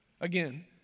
Again